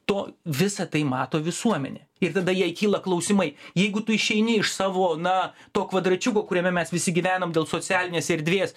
to visą tai mato visuomenė ir tada jai kyla klausimai jeigu tu išeini iš savo na to kvadračiuko kuriame mes visi gyvenam dėl socialinės erdvės